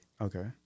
Okay